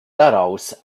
daraus